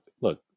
look